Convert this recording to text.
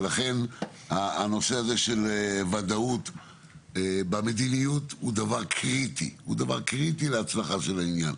ולכן הנושא הזה של ודאות במדיניות הוא דבר קריטי להצלחה של העניין.